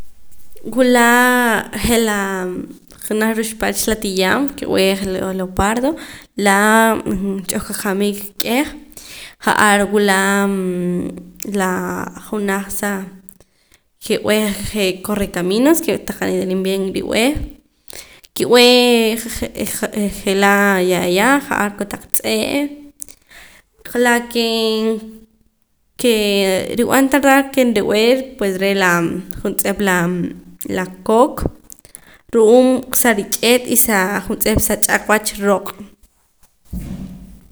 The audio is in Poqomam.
Wulaa je' laa junaj ruxpach la ti'yaan ke b'eh leopardo laa rich'oq ajomik k'eh ja'ar wula laa junaj sa ke b'eh je' correcaminos ke tahqa' niwat'aliim bien rib'eh ki'b'ee je'laa yaya ja'ar kotaq tz'e' la kee kee nrib'an tardar ken rib'ee pues re' la juntz'ep laa la kok ru'uum sarich'eet y saa juntz'ep sa ch'aak wach rooq'